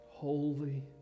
Holy